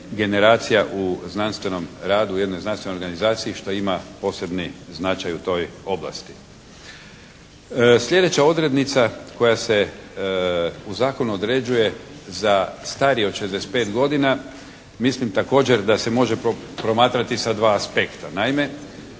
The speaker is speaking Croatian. u znanstvenom radu jedne znanstvene organizacije što ima posebni značaj u toj oblasti. Sljedeća odrednica koja se u zakonu određuje za starije od 65 godina, mislim također da se može promatrati sa dva aspekta.